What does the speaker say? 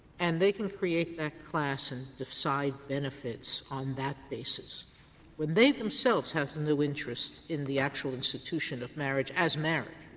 and they can create that class and decide benefits on that basis when they themselves have no interest in the actual institution of marriage as married.